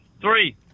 Three